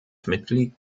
mitglied